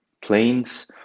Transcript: planes